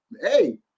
hey